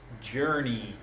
journey